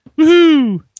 Woohoo